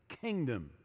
kingdom